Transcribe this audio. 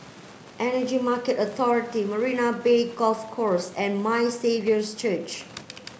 Energy Market Authority Marina Bay Golf Course and My Saviour's Church